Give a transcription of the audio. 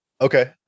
Okay